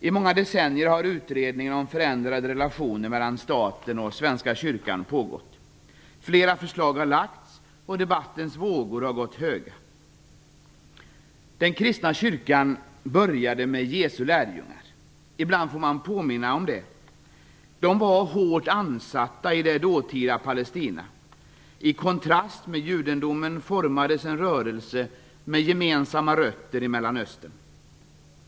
I många decennier har utredningen om förändrade relationer mellan staten och Svenska kyrkan pågått. Flera förslag har lagts fram och debattens vågor har gått höga. Den kristna kyrkan började med Jesu lärjungar. Ibland får man påminna om det. De var hårt ansatta i det dåtida Palestina. I kontrast till judendomen formades en rörelse med gemensamma rötter i Mellanöstern.